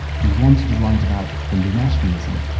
he wanted to write about hindu nationalism.